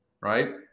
right